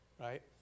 right